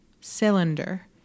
cylinder